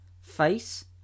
Face